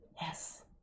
Yes